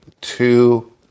two